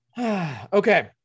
Okay